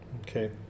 Okay